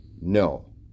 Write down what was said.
no